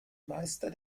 meister